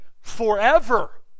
forever